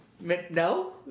No